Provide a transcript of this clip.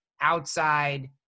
outside